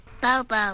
Bobo